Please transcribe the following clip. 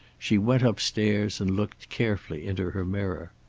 she went upstairs and looked carefully into her mirror.